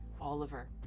Oliver